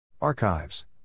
archives